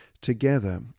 Together